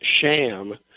sham